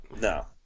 No